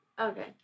Okay